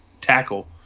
tackle